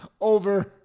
over